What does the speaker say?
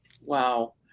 Wow